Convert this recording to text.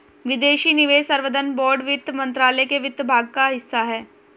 विदेशी निवेश संवर्धन बोर्ड वित्त मंत्रालय के वित्त विभाग का हिस्सा है